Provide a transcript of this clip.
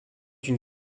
une